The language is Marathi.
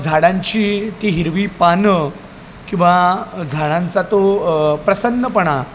झाडांची ती हिरवी पानं किंवा झाडांचा तो प्रसन्नपणा